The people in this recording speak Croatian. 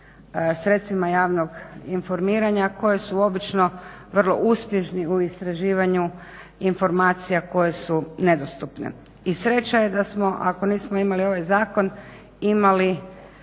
sredstvima javnog informiranja koje su obično vrlo uspješni u istraživanju informacija koje su nedostupne. I sreća je da smo ako nismo imali ovaj zakon, imali